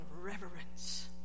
reverence